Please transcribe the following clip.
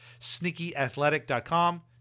Sneakyathletic.com